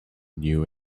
new